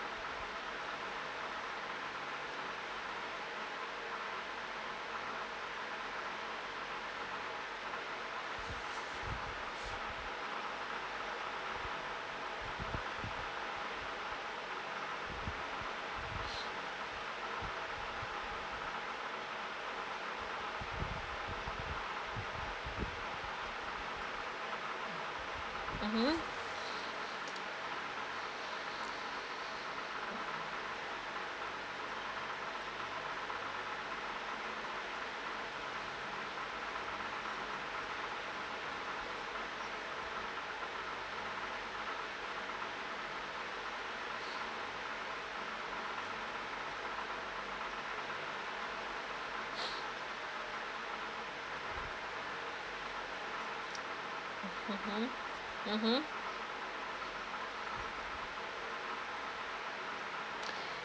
mmhmm mmhmm mmhmm